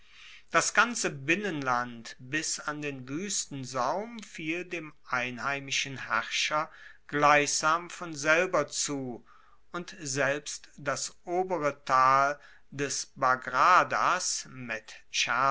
das ganze binnenland bis an den wuestensaum fiel dem einheimischen herrscher gleichsam von selber zu und selbst das obere tal des bagradas medscherda mit